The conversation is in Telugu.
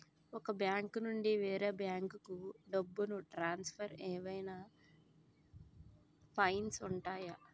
ఒక బ్యాంకు నుండి వేరే బ్యాంకుకు డబ్బును ట్రాన్సఫర్ ఏవైనా ఫైన్స్ ఉంటాయా?